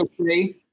Okay